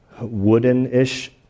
wooden-ish